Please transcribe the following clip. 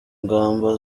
ngamba